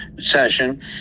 session